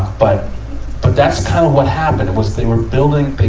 but but that's kind of what happened, it was they were building,